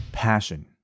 passion